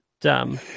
dumb